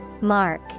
Mark